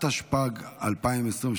התשפ"ג 2023,